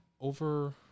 over